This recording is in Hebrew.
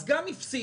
אז גם הפסידו,